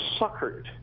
suckered